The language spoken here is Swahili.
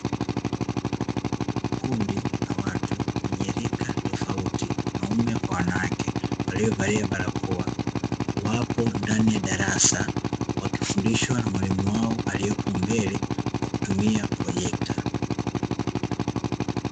Kundi la watu wenye rika tofauti wanaume kwa wanawake, waliovalia barakoa wapo ndani ya darasa wakifundishwa na mwalimu wao aliyopo mbele kwa kutumia projekta.